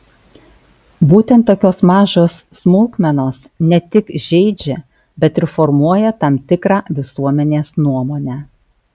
būtent tokios mažos smulkmenos ne tik žeidžia bet ir formuoja tam tikrą visuomenės nuomonę